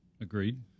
Agreed